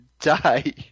die